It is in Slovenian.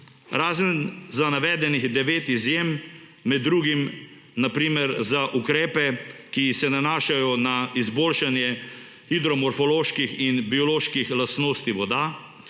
razen za navedenih devet izjem, med drugim na primer za ukrepe, ki se nanašajo na izboljšanje hidromorfoloških in bioloških lastnosti voda;